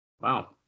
Wow